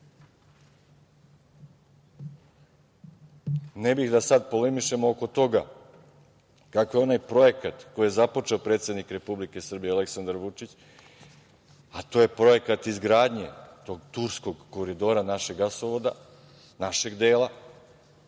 bih da sad polemišemo oko toga kakav je onaj projekat koji je započeo predsednik Republike Srbije Aleksandar Vučić, a to je projekat izgradnje tog turskog koridora našeg gasovoda, našeg dela,